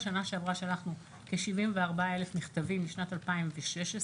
בשנה שעברה שלחנו כ-74,000 מכתבים משנת 2016,